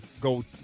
go, –